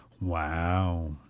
Wow